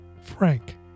Frank